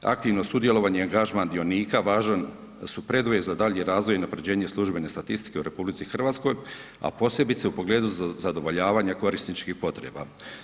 Aktivno sudjelovanje i angažman dionika važan su preduvjet za daljnji razvoj i unapređenje službene statistike u RH, a posebice u pogledu zadovoljavanja korisničkih potreba.